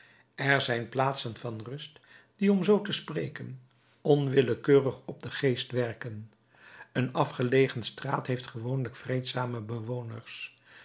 er zijn plaatsen van rust die om zoo te spreken onwillekeurig op den geest werken een afgelegen straat heeft gewoonlijk vreedzame bewoners